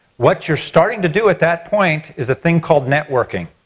what you're starting to do at that point is a thing called networking.